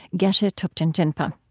geshe thupten jinpa.